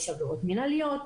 יש עבירות מינהליות,